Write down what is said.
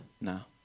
now